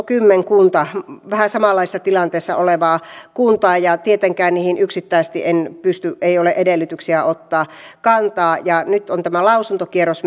kymmenkunta vähän samanlaisessa tilanteessa olevaa kuntaa ja tietenkään niihin yksittäisesti minulla ei ole edellytyksiä ottaa kantaa nyt on tämä lausuntokierros